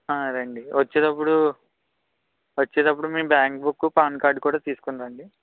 ఆ అదే అండి వచ్చేటప్పుడు వచ్చేటప్పుడు మీ బ్యాంకు బుక్ పాన్ కార్డు కూడా తీసుకొనిరండీ